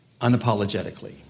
unapologetically